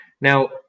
Now